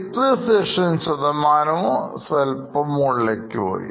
Depreciation ശതമാനവും സ്വല്പം മുകളിലേക്ക് പോയി